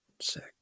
Sick